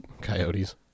Coyotes